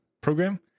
program